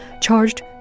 charged